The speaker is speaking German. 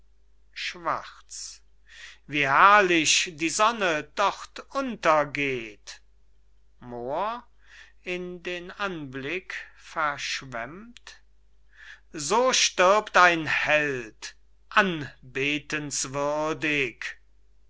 schwarz wie herrlich die sonne dort untergeht moor in den anblick versenkt so stirbt ein held